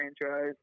franchise